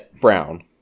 brown